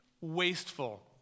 wasteful